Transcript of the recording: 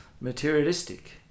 materialistic